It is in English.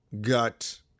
gut